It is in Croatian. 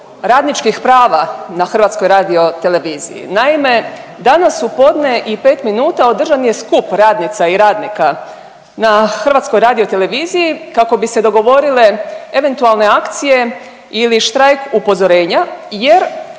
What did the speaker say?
radničkih prava na HRT-u. Naime, danas u podne i 5 minuta održan je skup radnica i radnika na HRT-u kako bi se dogovorile eventualne akcije ili štrajk upozorenja jer